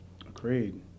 Agreed